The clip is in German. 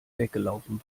weggelaufen